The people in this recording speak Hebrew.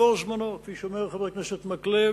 הבצורת, יעבור זמנו, כפי שאומר חבר הכנסת מקלב.